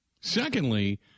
Secondly